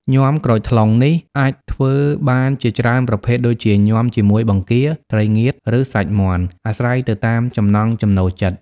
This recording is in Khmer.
ញាំក្រូចថ្លុងនេះអាចធ្វើបានជាច្រើនប្រភេទដូចជា ញាំជាមួយបង្គា ត្រីងៀត ឬសាច់មាន់ អាស្រ័យទៅតាមចំណង់ចំណូលចិត្ត។